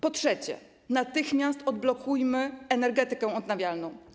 Po trzecie, natychmiast odblokujmy energetykę odnawialną.